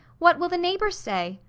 what will the neighbours say?